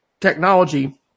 technology